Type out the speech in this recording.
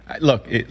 look